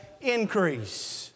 increase